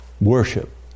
Worship